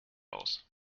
aus